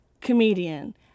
comedian